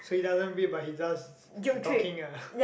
so he doesn't bake but he does the talking ah